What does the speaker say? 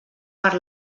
per